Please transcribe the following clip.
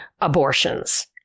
abortions